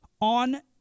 on